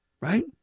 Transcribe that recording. right